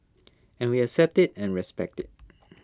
and we accept IT and respect IT